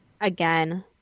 Again